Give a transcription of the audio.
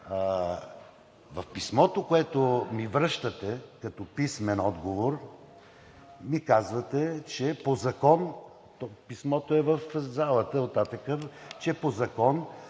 В писмото, което ми връщате като писмен отговор, ми казвате – писмото е в залата оттатък, че по закон